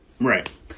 Right